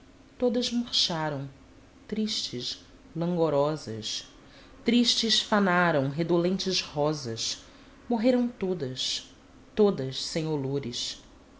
todas murcharam tristes langorosas tristes fanaram redolentes rosas morreram todas todas sem olores